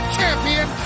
champion